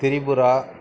Tripura